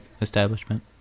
establishment